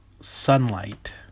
sunlight